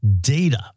data